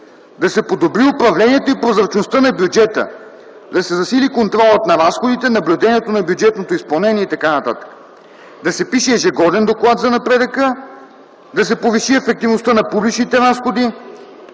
Да се подобри управлението и прозрачността на бюджета. Да се засили и контролът на разходите, наблюдението на бюджетното изпълнение и т.н. Да се пише ежегоден доклад за напредъка. Да се повиши ефективността на публичните разходи.